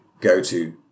go-to